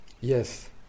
yes